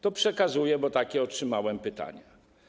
To przekazuję, bo takie otrzymałem pytanie.